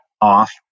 off